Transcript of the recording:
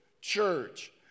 church